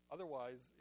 Otherwise